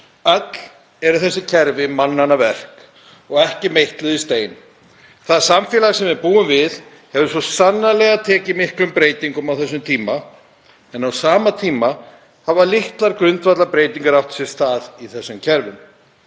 Öll eru þessi kerfi mannanna verk og ekki meitluð í stein. Það samfélag sem við búum við hefur svo sannarlega tekið miklum breytingum á þessum tíma en á sama tíma hafa litlar grundvallarbreytingar átt sér stað í þessum kerfum.